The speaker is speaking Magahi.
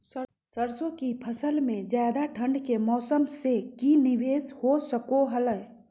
सरसों की फसल में ज्यादा ठंड के मौसम से की निवेस हो सको हय?